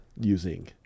using